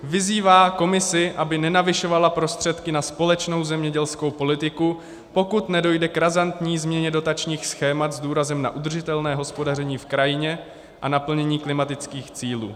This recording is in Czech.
Vyzývá Komisi, aby nenavyšovala prostředky na společnou zemědělskou politiku, pokud nedojde k razantní změně dotačních schémat s důrazem na udržitelné hospodaření v krajině a naplnění klimatických cílů.